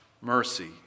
mercy